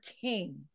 king